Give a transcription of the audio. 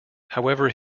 however